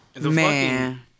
Man